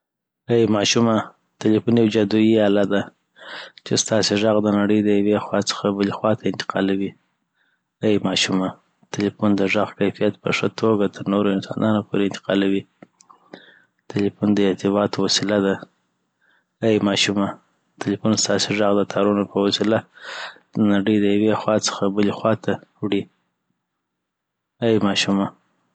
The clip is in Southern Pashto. ای ماشومه تلفون یو جادویي اله ده چی ستاسي غږ د نړې د یوې خوا څخه بلي خواته انتقالوي ایی ماشومه تلفون د غږ کیفیت په ښه توګه تر نورو انسانانو پوری انتقالوي تلفون د ارتباط وسېله ده اي ماشومه تلفون ستاسی غږ د تارونو په وسیله د نړي له يوې خوا څخه بلې خواته وړي ای ماشومه